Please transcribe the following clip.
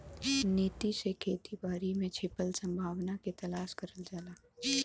नीति से खेती बारी में छिपल संभावना के तलाश करल जाला